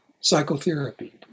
psychotherapy